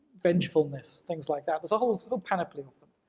vengefulness, things like that. there's a whole sort of canopy of them.